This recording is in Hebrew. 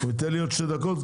נותן לי עוד שתי דקות,